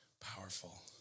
Powerful